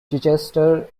chichester